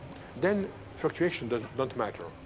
then fluctuation does not matter.